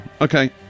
okay